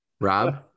Rob